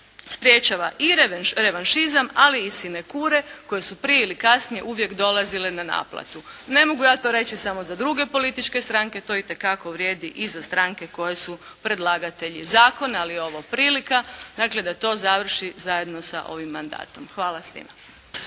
sprječava i revanšizam, ali i sinekure koje su prije ili kasnije uvijek dolazile na naplatu. Ne mogu ja to reći samo za druge političke stranke, to itekako vrijedi i za stranke koje su predlagatelji zakona, ali je ovo prilika, dakle da to završi zajedno sa ovim mandatom. Hvala svima.